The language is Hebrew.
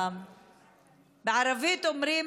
בערבית אומרים: